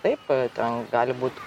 taip ten gali būt